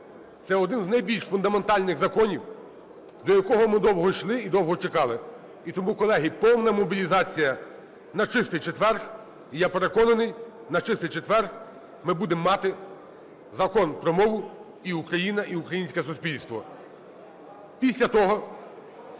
Це один з найбільш фундаментальних законів, до якого ми довго йшли і довго чекали. І тому, колеги, повна мобілізація на Чистий четвер. І я переконаний на Чистий четвер ми будемо мати Закон про мову і Україна, і українське суспільство.